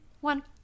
one